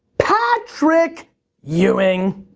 patrick ewing.